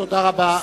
תודה רבה.